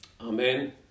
Amen